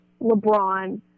LeBron